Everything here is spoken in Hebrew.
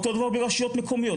אותו דבר ברשויות המקומיות,